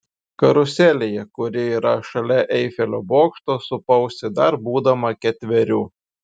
karuselėje kuri yra šalia eifelio bokšto supausi dar būdama ketverių